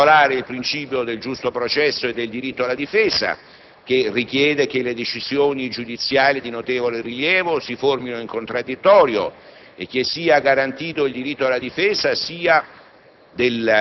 in particolare, il principio del giusto processo e del diritto alla difesa, che richiede che le decisioni giudiziarie di notevole rilievo si formino in contraddittorio e che sia garantito il diritto alla difesa sia